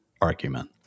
argument